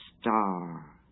star